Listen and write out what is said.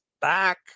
Back